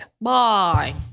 Bye